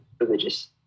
religious